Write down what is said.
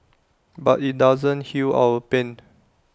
but IT doesn't heal our pain